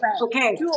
okay